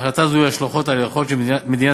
להחלטה זו יהיו השלכות על היכולת של מדינת